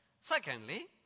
Secondly